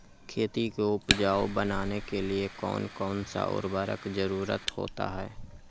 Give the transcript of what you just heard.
खेती को उपजाऊ बनाने के लिए कौन कौन सा उर्वरक जरुरत होता हैं?